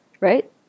Right